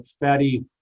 fatty